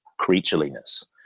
creatureliness